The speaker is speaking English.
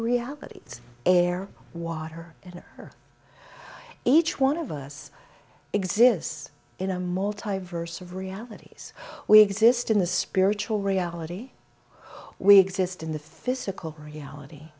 realities air water in her each one of us exists in a multi verse of realities we exist in the spiritual reality who we exist in the physical reality